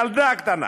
ילדה קטנה.